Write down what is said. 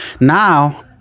now